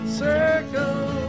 circle